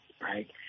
Right